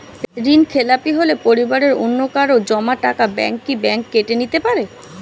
ঋণখেলাপি হলে পরিবারের অন্যকারো জমা টাকা ব্যাঙ্ক কি ব্যাঙ্ক কেটে নিতে পারে?